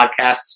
Podcasts